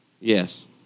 Yes